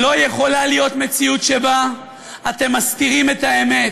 לא יכולה להיות מציאות שבה אתם מסתירים את האמת,